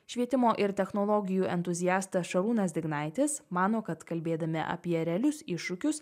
švietimo ir technologijų entuziastas šarūnas dignaitis mano kad kalbėdami apie realius iššūkius